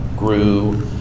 grew